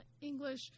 English